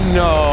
no